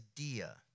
idea